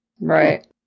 Right